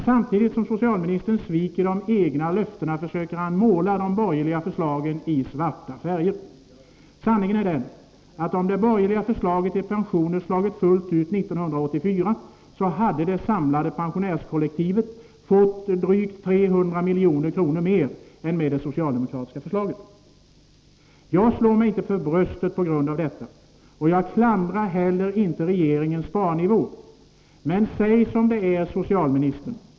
Samtidigt som socialministern sviker de egna löftena söker han måla de borgerliga förslagen i svarta färger. Sanningen är den att om det borgerliga förslaget om pensionerna slagit fullt ut 1984, hade det samlade pensionärskollektivet fått drygt 300 milj.kr. mer än med det socialdemokratiska förslaget. Jag slår mig inte för bröstet på grund av detta. Jag klandrar inte heller regeringens sparnivå, men säg som det är, socialministern!